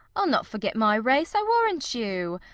i'll not forget my race, i warrant you.